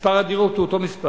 מספר הדירות הוא אותו מספר.